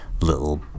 little